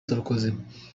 sarkozy